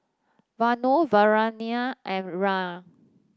Vanu Naraina and Raj